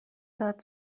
داد